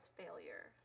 failure